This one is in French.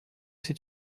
c’est